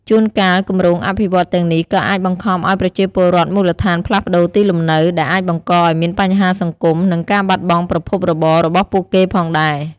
ជួនកាល គម្រោងអភិវឌ្ឍន៍ទាំងនេះក៏អាចបង្ខំឱ្យប្រជាពលរដ្ឋមូលដ្ឋានផ្លាស់ប្តូរទីលំនៅ ដែលអាចបង្កឱ្យមានបញ្ហាសង្គម និងការបាត់បង់ប្រភពរបររបស់ពួកគេផងដែរ។